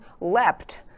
leapt